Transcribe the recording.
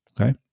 okay